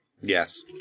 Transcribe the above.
Yes